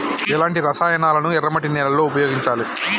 ఎలాంటి రసాయనాలను ఎర్ర మట్టి నేల లో ఉపయోగించాలి?